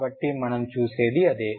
కాబట్టి మనం చూసేది అదే